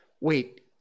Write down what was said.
wait